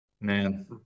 Man